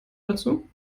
dazu